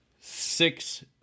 six